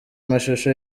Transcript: mashusho